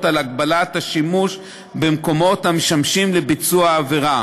על הגבלת השימוש במקומות המשמשים לביצוע העבירה.